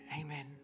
Amen